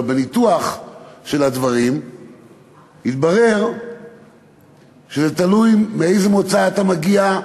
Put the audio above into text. אבל בניתוח של הדברים התברר שזה תלוי מאיזה מוצא אתה מגיע,